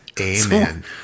amen